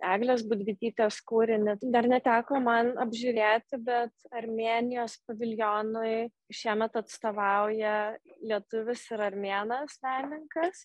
eglės budvytytės kūrinį dar neteko man apžiūrėti bet armėnijos paviljonui šiemet atstovauja lietuvis ir armėnas menininkas